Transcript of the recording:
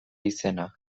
izena